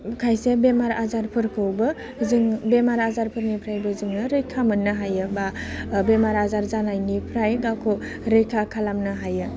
खायसे बेमार आजारफोरखौबो जों बेमार आजारफोरनिफ्रायबो जोङो रैखा मोननो हायो बा बेमार आजार जानायनिफ्राय गावखौ रैखा खालामनो हायो